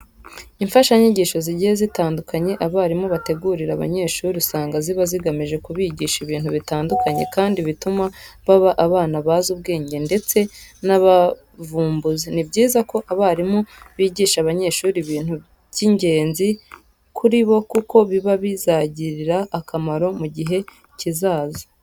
Imfashanyigisho zigiye zitandukanye abarimu bategurira abanyeshuri usanga ziba zigamije kubigisha ibintu bitandukanye kandi bituma baba abana bazi ubwenge ndetse b'abavumbuzi. Ni byiza ko abarimu bigisha abanyeshuri ibintu by'ingenzi kuri bo kuko biba bizabagirira akamaro mu gihe kizaza.